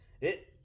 it-